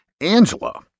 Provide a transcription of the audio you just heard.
Angela